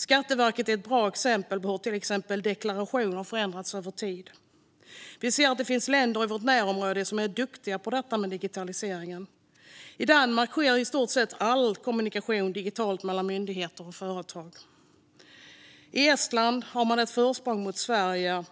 Skatteverket är ett bra exempel på hur till exempel deklarationer förändrats över tid. Vi ser att det finns länder i vårt närområde som är duktiga på detta med digitalisering. I Danmark sker i stort sett all kommunikation mellan myndigheter och företag digitalt. Estland har ett försprång mot oss i Sverige, och